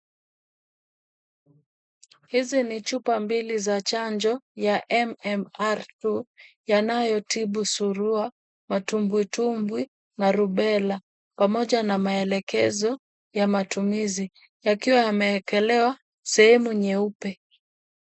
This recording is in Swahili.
Hizi ni chupa mbili za chanjo ya MMR2 yanayotibu surua, matumbwitumbwi na rubela pamoja na maelekezo ya matumizi yakiwa yameekelewa sehemu nyeupe.